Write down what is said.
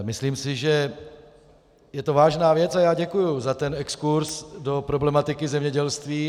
Myslím si, že je to vážná věc, a já děkuji za ten exkurz do problematiky zemědělství.